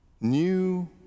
new